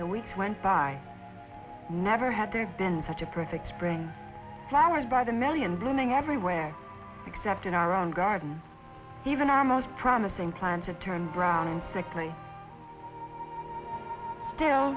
the weeks went by never had there been such a perfect spring flowers by the million blooming everywhere except in our own garden even our most promising plan to turn brown and likely still